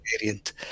variant